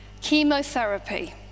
Chemotherapy